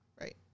Right